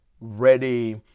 ready